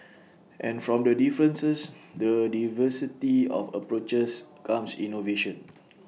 and from the differences the diversity of approaches comes innovation